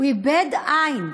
הוא איבד עין.